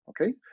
okay